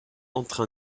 entre